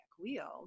wheel